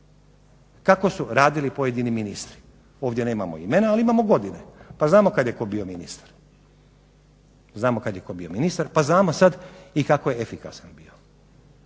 Kako su radili pojedini ministri. Ovdje nemamo imena, ali imamo godine pa znamo kad je tko bio ministar. Znamo kad je tko bio ministar pa znamo sad i kako je efikasan bio.